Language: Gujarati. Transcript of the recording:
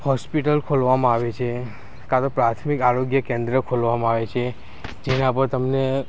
હોસ્પિટલ ખોલવામાં આવે છે કાં તો પ્રાથમિક આરોગ્ય કેન્દ્ર ખોલવામાં આવે છે જેના પર તમને